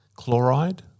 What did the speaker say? Chloride